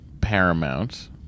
Paramount